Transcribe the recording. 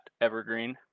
Evergreen